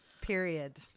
period